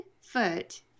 foot